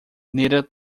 needed